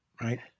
right